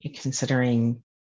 considering